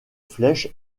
flèche